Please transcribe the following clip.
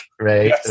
right